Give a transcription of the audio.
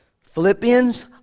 Philippians